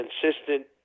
consistent